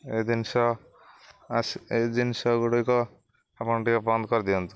ଏ ଜିନିଷ ଆସି ଏ ଜିନିଷ ଗୁଡ଼ିକ ଆପଣ ଟିକେ ବନ୍ଦ କରିଦିଅନ୍ତୁ